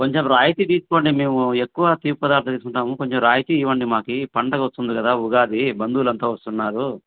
కొంచెం రాయితి తీసుకోండి మేము ఎక్కువ తీపి పదార్థాలు తీసుకుంటాము కొంచెం రాయితి ఇవ్వండి మాకు పండుగ వస్తుంది కదా ఉగాది బంధువులు అంతా వస్తున్నారు